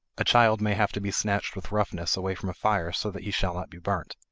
a child may have to be snatched with roughness away from a fire so that he shall not be burnt.